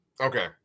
Okay